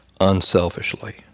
unselfishly